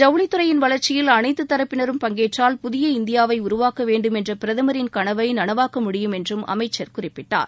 ஜவுளித்துறையின் வளர்ச்சியில் அனைத்து தரப்பினரும் பங்கேற்றால் புதிய இந்தியாவை உருவாக்க வேண்டும் என்ற பிரதமரின் கனவை நனவாக்க முடியும் என்றும் அமைச்சர் குறிப்பிட்டார்